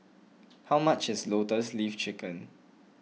how much is Lotus Leaf Chicken